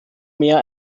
mehr